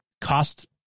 cost